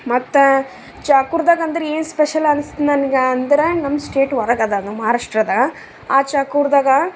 ಮತ್ತು ಚಾಕೂರ್ದಾಗ ಅಂದ್ರ ಏನು ಸ್ಪೆಷಲ್ ಅನಸ್ತು ನನಗೆ ಅಂದರ ನಮ್ಮ ಸ್ಟೇಟ್ ಹೊರಗ್ ಅದ ನಮ್ಮ ಮಹಾರಾಷ್ಟ್ರದ ಆ ಚಾಕೂರ್ದಾಗ